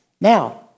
Now